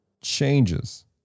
changes